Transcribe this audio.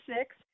six